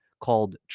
called